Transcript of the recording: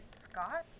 Scott